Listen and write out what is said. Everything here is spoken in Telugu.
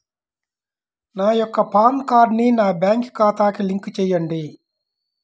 నా యొక్క పాన్ కార్డ్ని నా బ్యాంక్ ఖాతాకి లింక్ చెయ్యండి?